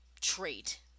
trait